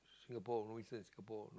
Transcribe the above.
Singapore louis in Singapore